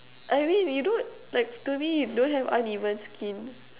I mean you don't like to me you don't have uneven skin